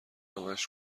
همش